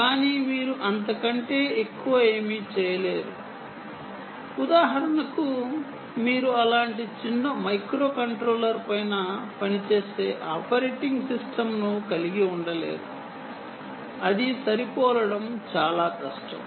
కానీ మీరు అంతకంటే ఎక్కువ ఏమీ చేయలేరు ఉదాహరణకు మీరు అలాంటి చిన్న మైక్రోకంట్రోలర్ పైన పనిచేసే ఆపరేటింగ్ సిస్టమ్ను కలిగి ఉండలేరు అది సరిపోలడం చాలా కష్టం